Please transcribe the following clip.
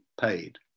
paid